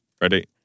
Ready